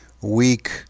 weak